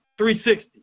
360